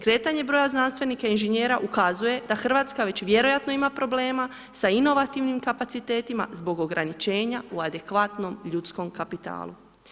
Kretanje broja znanstvenika i inženjera ukazuje da Hrvatska već vjerojatno ima problema sa inovativnim kapacitetima zbog ograničenja u adekvatnom ljudskom kapitalu.